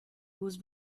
whose